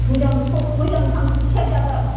मोजाङै थां मोजाङै सेल जादों